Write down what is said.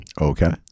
Okay